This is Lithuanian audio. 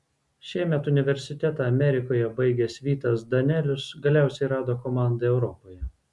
šiemet universitetą amerikoje baigęs vytas danelius galiausiai rado komandą europoje